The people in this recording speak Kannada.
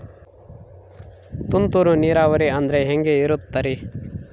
ತುಂತುರು ನೇರಾವರಿ ಅಂದ್ರೆ ಹೆಂಗೆ ಇರುತ್ತರಿ?